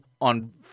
on